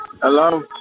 Hello